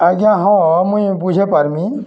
ଆଜ୍ଞା ହଁ ମୁଇଁ ବୁଝେଇ ପାର୍ମି